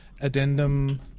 addendum